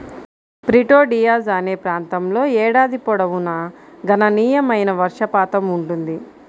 Prieto Diaz అనే ప్రాంతంలో ఏడాది పొడవునా గణనీయమైన వర్షపాతం ఉంటుంది